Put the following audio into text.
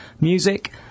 music